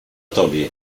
tobie